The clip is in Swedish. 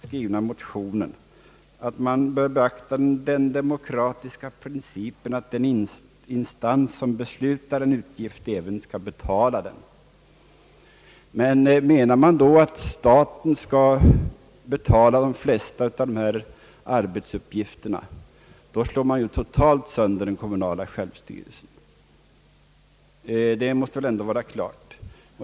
skrivna motionen att man bör beakta den demokratiska principen att den instans som beslutar en utgift även skall betala. Men menar man att staten skall betala de flesta av dessa arbetsuppgifter, då slår man totalt sönder den kommunala självstyrelsen. Det måste väl ändå vara klart.